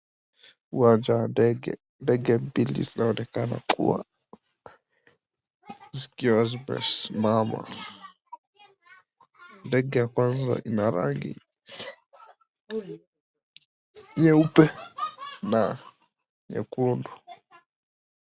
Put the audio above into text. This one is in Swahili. Uwanja wa ndege. Ndege mbili zinaonekana kuwa zikiwa zimesimama. Ndege ya kwanza ina rangi nyeupe na nyekundu.